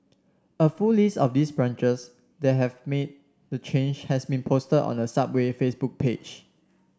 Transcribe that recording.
a full list of these branches that have made the change has been posted on the Subway Facebook page